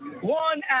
One